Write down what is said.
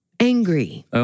Angry